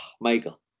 Michael